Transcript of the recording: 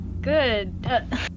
good